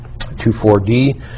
2,4-D